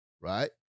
right